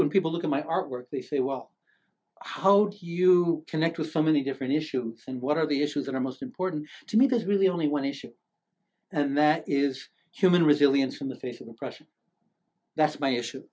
when people look at my artwork they say well how do you connect with so many different issue and what are the issues that are most important to me there's really only one issue and that is human resilience in the face of oppression that's my issue